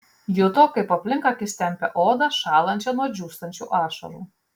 juto kaip aplink akis tempia odą šąlančią nuo džiūstančių ašarų